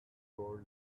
told